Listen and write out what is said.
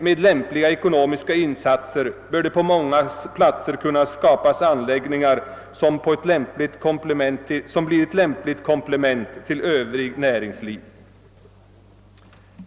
Med lämpliga ekonomiska insatser bör man på många platser kunna skapa anläggningar, som blir ett lämpligt komplement till övrigt näringsliv.